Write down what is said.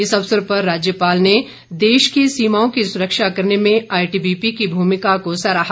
इस अवसर पर राज्यपाल ने देश की सीमाओं की सुरक्षा करने में आईटीबीपी की भूमिका को सराहा